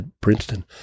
Princeton